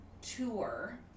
tour